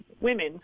women